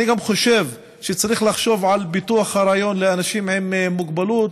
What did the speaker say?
אני גם חושב שצריך לחשוב על פיתוח הרעיון לאנשים עם מוגבלות,